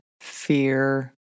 fear